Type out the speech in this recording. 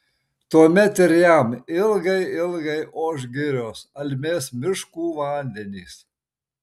tuomet ir jam ilgai ilgai oš girios almės miškų vandenys